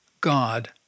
God